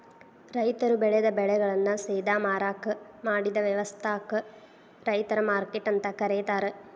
ರೈತರು ಬೆಳೆದ ಬೆಳೆಗಳನ್ನ ಸೇದಾ ಮಾರಾಕ್ ಮಾಡಿದ ವ್ಯವಸ್ಥಾಕ ರೈತರ ಮಾರ್ಕೆಟ್ ಅಂತ ಕರೇತಾರ